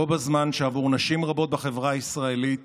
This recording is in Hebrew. בו בזמן שעבור נשים רבות בחברה הישראלית